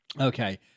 Okay